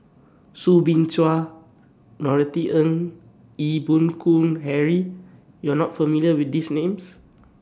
Soo Bin Chua Norothy Ng Ee Boon Kong Henry YOU Are not familiar with These Names